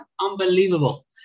unbelievable